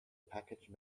package